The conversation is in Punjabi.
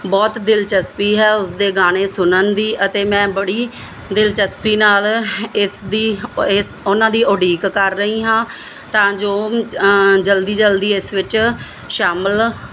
ਬਹੁਤ ਦਿਲਚਸਪੀ ਹੈ ਉਸ ਦੇ ਗਾਣੇ ਸੁਣਨ ਦੀ ਅਤੇ ਮੈਂ ਬੜੀ ਦਿਲਚਸਪੀ ਨਾਲ ਇਸ ਦੀ ਇਸ ਉਹਨਾਂ ਦੀ ਉਡੀਕ ਕਰ ਰਹੀ ਹਾਂ ਤਾਂ ਜੋ ਜਲਦੀ ਜਲਦੀ ਇਸ ਵਿੱਚ ਸ਼ਾਮਿਲ